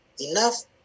enough